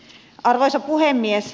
arvoisa puhemies